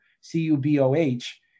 C-U-B-O-H